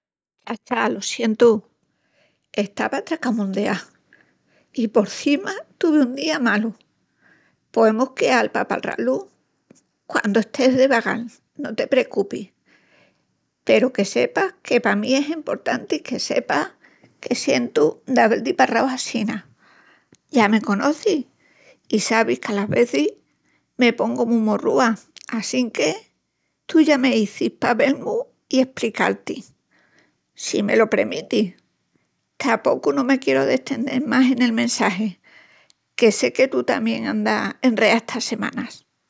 Chacha, lo sientu, estava tracamundeá i porcima tuvi un día malu. Poemus queal pa palrá-lu? Quandu estés de vagal, no te precupis. Peru que sepas que pa mí es emportanti que sepas que sientu d'avel-ti palrau assina. Ya me conocis i sabis qu'alas vezis me pongu mu morrúa assinque tú ya m'izis pa vel-mus i yo esprical-ti, si me lo premitis. Tapocu no me quieru destendel más en el messagi que sé que tú tamién andas enreá estas semanas.